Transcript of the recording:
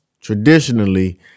traditionally